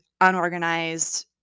unorganized